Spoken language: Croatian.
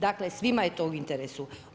Dakle, svima je to u interesu.